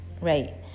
right